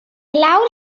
lawr